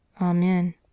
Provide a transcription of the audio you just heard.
amen